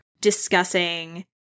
discussing